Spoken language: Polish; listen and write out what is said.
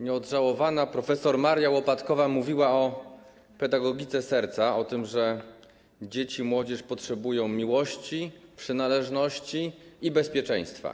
Nieodżałowana prof. Maria Łopatkowa mówiła o pedagogice serca, o tym, że dzieci, młodzież potrzebują miłości, przynależności i bezpieczeństwa.